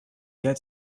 get